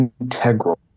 integral